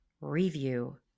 review